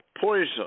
poison